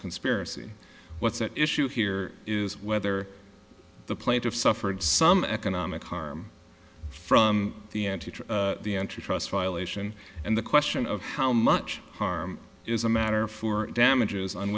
conspiracy what's at issue here is whether the plaintiff suffered some economic harm from the entity the entry trust violation and the question of how much harm is a matter for damages on